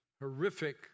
horrific